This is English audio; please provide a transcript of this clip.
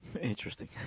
Interesting